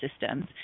systems